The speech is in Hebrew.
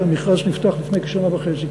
שקל בתעריף שהיה כשהמכרז נפתח לפני כשנה וחצי,